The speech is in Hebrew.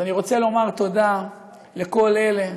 אני רוצה לומר תודה לכל אלה,